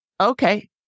Okay